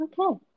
okay